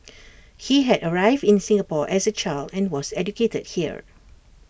he had arrived in Singapore as A child and was educated here